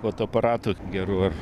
fotoaparatu geru ar